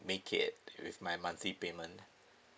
make it with my monthly payment